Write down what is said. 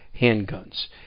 handguns